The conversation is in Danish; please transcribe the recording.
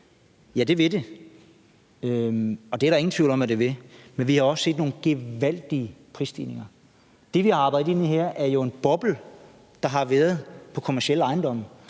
Ja, det vil det. Det er der ingen tvivl om at det vil, men vi har også set nogle gevaldige prisstigninger. Det, vi har arbejdet ind i her, er jo en boble, der har været, på kommercielle ejendomme,